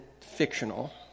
fictional